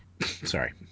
sorry